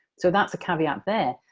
so, that's a caveat there.